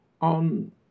on